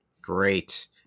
great